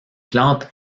plante